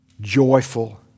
joyful